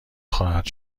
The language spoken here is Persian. خواهد